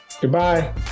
goodbye